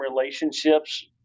relationships